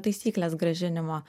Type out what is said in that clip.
taisyklės grąžinimo